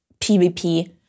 PvP